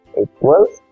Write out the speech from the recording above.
equals